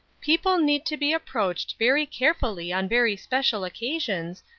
people need to be approached very carefully on very special occasions,